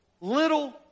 little